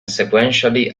sequentially